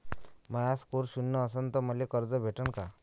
माया score शून्य असन तर मले कर्ज भेटन का?